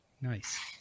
nice